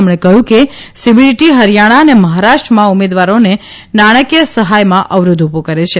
તેમણે કહ્યું કે સીબીડીટી હરિથાણા અને મહારાષ્ટ્રમાં ઉમેદવારોને નાણાકીય સહાયમાં અવરોધ ઉભો કરે છે